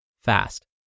fast